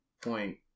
point